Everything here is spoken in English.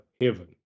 heaven